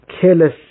careless